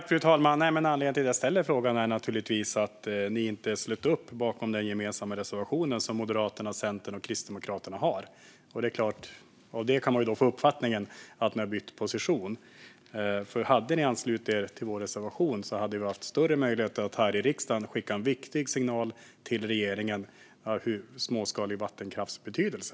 Fru talman! Anledningen till att jag ställer frågan är naturligtvis att ni inte slöt upp bakom den gemensamma reservation som Moderaterna, Centern och Kristdemokraterna har, Roger Hedlund. Det är klart att man av det kan få uppfattningen att ni har bytt position, för hade ni anslutit er till vår reservation hade vi haft större möjligheter att här i riksdagen skicka en viktig signal till regeringen om småskalig vattenkrafts betydelse.